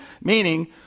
meaning